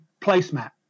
placemat